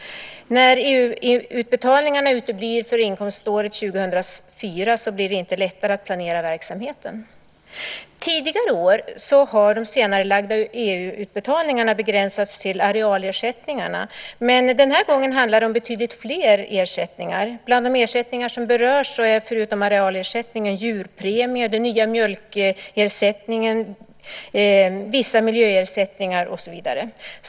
När EU-utbetalningarna uteblir för inkomståret 2004 blir det inte lättare att planera verksamheten. Tidigare år har de senarelagda EU-utbetalningarna begränsats till arealersättningarna. Men den här gången handlar det om betydligt fler ersättningar. Bland de ersättningar som berörs är det förutom arealersättningen djurpremier, den nya mjölkersättningen, vissa miljöersättningar och så vidare.